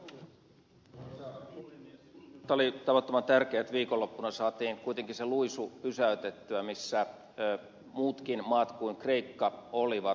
minusta oli tavattoman tärkeää että viikonloppuna saatiin kuitenkin se luisu pysäytettyä missä muutkin maat kuin kreikka olivat